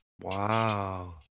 Wow